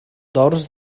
dors